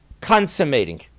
consummating